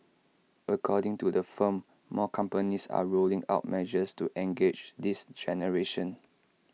according to the firm more companies are rolling out measures to engage this generation